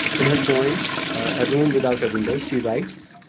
in her poem a room without a window, she writes,